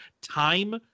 Time